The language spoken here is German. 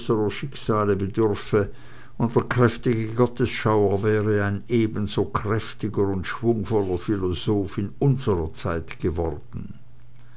schicksale bedürfte und der kräftige gottesschauer wäre ein ebenso kräftiger und schwungvoller philosoph unserer zeit geworden